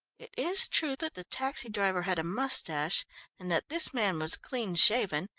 it is true that the taxi-driver had a moustache and that this man was clean-shaven,